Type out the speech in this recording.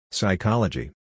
Psychology